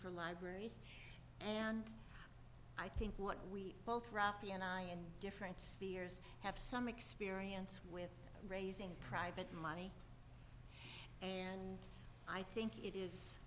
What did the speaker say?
for libraries and i think what we both rafi and i in different spheres have some experience with raising private money and i think it is